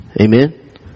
Amen